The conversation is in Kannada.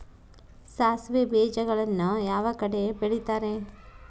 ಸಾಸಿವೆ ಬೇಜಗಳನ್ನ ಯಾವ ಕಡೆ ಬೆಳಿತಾರೆ?